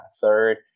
Third